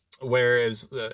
Whereas